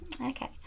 Okay